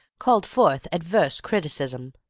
called forth adverse criticism.